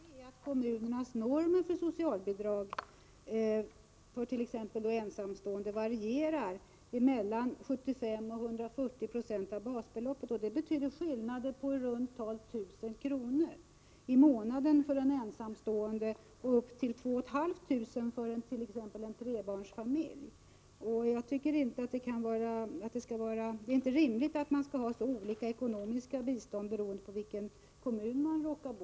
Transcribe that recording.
Herr talman! Det är en annan sak också. Kommunernas normer för socialbidrag för t.ex. ensamstående varierar mellan 75 90 och 140 926 av basbeloppet. Detta innebär skillnader på i runt tal 1 000 kr. i månaden för ensamstående och upp till 2 500 för en trebarnsfamilj. Jag tycker inte det är rimligt att man skall ha så olika ekonomiskt bistånd beroende på vilken kommun man råkar bo i.